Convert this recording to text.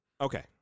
okay